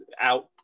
out